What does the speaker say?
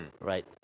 right